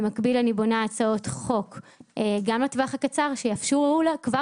במקביל אני בונה הצעות חוק גם לטווח הקצר שיאפשרו להורים כבר